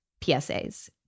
PSAs